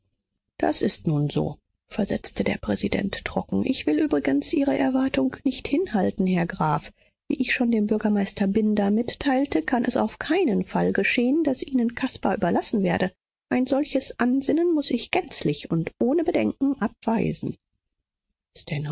das ist nun so versetzte der präsident trocken ich will übrigens ihre erwartung nicht hinhalten herr graf wie ich schon dem bürgermeister binder mitteilte kann es auf keinen fall geschehen daß ihnen caspar überlassen werde ein solches ansinnen muß ich gänzlich und ohne bedenken abweisen